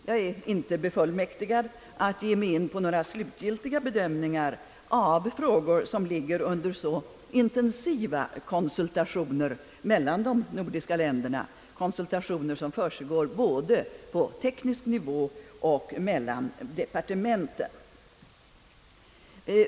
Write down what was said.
Jag är inte befullmäktigad att ge mig in på några slutgiltiga bedömningar av frågor, som ligger under så intensiva konsultationer mellan de nordiska länderna — konsultationer som försiggår både på teknisk nivå och mellan ländernas fackdepartement.